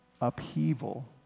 upheaval